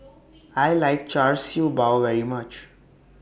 I like Char Siew Bao very much